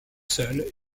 seul